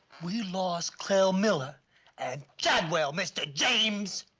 we lost clell miller and chadwell, mr. james.